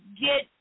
get